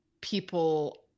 people